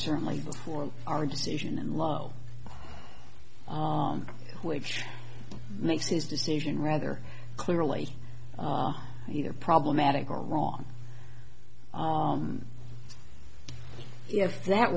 certainly before our decision and low which makes his decision rather clearly either problematic or wrong if that